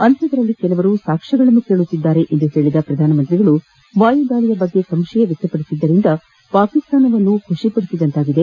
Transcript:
ಅಂತಪದರಲ್ಲಿ ಕೆಲವರು ಸಾಕ್ಷ್ಯಗಳನ್ನು ಕೇಳುತ್ತಿದ್ದಾರೆ ಎಂದು ಹೇಳಿದ ಪ್ರಧಾನ ಮಂತ್ರಿ ವಾಯುದಾಳಿಯ ಬಗ್ಗೆ ಸಂಶಯ ವ್ಯಕ್ತಪಡಿಸಿದ್ದರಿಂದ ಪಾಕಿಸ್ತಾನವನ್ನು ಸಂತೋಷಪಡಿಸಿದಂತಾಗಿದೆ